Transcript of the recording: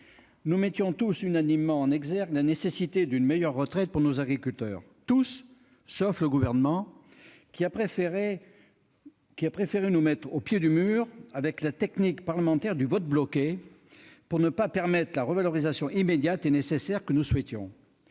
Nous mettions tous unanimement en exergue la nécessité d'une meilleure retraite pour nos agriculteurs. Tous, sauf le Gouvernement qui a préféré nous mettre au pied du mur avec la technique parlementaire du vote bloqué pour ne pas permettre la revalorisation immédiate et nécessaire que nous souhaitions.